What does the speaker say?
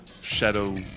Shadow